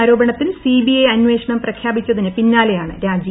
ആരോപണത്തിൽ സിബിഐ അന്വേഷണം പ്രഖ്യാപിച്ചതിന് പിന്നാലെയാണ് രാജി